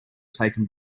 taken